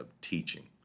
teaching